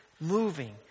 moving